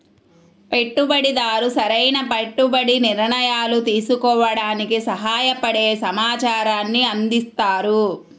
పెట్టుబడిదారు సరైన పెట్టుబడి నిర్ణయాలు తీసుకోవడానికి సహాయపడే సమాచారాన్ని అందిస్తారు